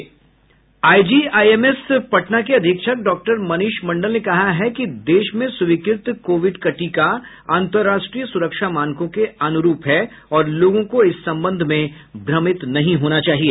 IGIMS Patna के अधीक्षक doctor Manish Mandal ने कहा है कि देश में स्वीकृत कोविड का टीका अन्तर्राष्ट्रीय सुरक्षा मानकों के अनुरूप है और लोगों को इस संबंध में भ्रमित नहीं होना चाहिए